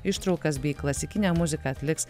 ištraukas bei klasikinę muziką atliks